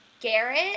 Garrett